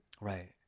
Right